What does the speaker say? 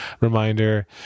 reminder